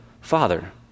Father